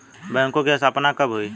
बैंकों की स्थापना कब हुई?